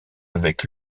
avec